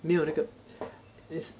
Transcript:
没有那个